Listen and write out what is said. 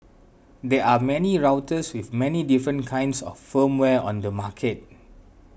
there are many routers with many different kinds of firmware on the market